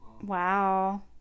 Wow